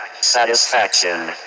Satisfaction